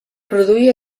produir